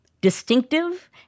distinctive